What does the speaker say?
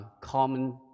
common